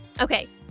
Okay